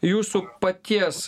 jūsų paties